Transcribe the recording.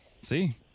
See